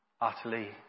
utterly